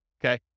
okay